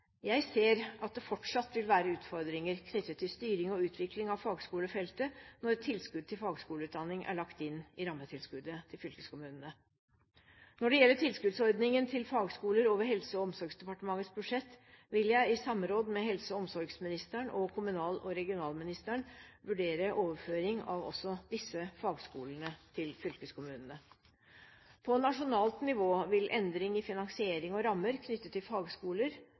Jeg ser at det fortsatt vil være utfordringer knyttet til styring og utvikling av fagskolefeltet når tilskudd til fagskoleutdanning er lagt inn i rammetilskuddet til fylkeskommunene. Når det gjelder tilskuddsordningen til fagskoler over Helse- og omsorgsdepartementets budsjett, vil jeg i samråd med helse- og omsorgsministeren og kommunal- og regionalministeren vurdere overføring av også disse fagskolene til fylkeskommunene. På nasjonalt nivå vil endring i finansiering og rammer knyttet til fagskoler